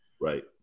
right